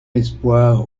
espoir